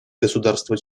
государства